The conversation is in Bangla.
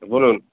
বলুন